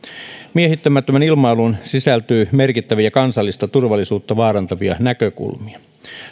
miehittämättömään ilmailuun sisältyy merkittäviä kansallista turvallisuutta vaarantavia näkökulmia